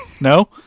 No